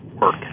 work